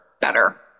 better